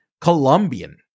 Colombian